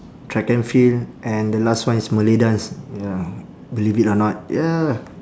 track and field and the last one is malay dance ya believe it or not ya